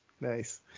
Nice